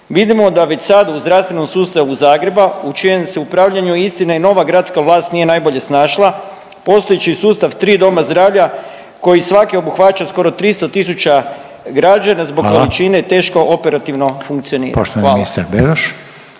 Vidimo da već sad u zdravstvenom sustavu Zagreba u čijem se upravljanju istina i nova gradska vlast nije najbolje snašla, postojeći sustav 3 doma zdravlja koji svaki obuhvaća skoro 300000 građana zbog količine … …/Upadica Reiner: